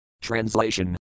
Translation